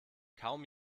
kaum